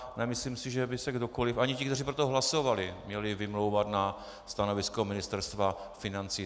A nemyslím si, že by se kdokoliv, ani ti, kteří pro to hlasovali, měli vymlouvat na stanovisko Ministerstva financí.